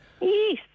Yes